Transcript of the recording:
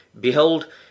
Behold